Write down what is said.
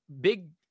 big